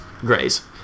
greys